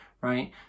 right